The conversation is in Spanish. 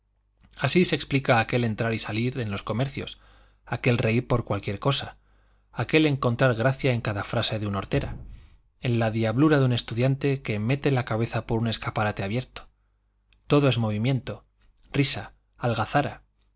así se explica aquel entrar y salir en los comercios aquel reír por cualquier cosa aquel encontrar gracia en cada frase de un hortera en la diablura de un estudiante que mete la cabeza por un escaparate abierto todo es movimiento risa